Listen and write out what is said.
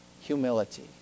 humility